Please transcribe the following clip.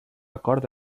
acord